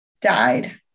died